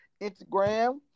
Instagram